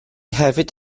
hefyd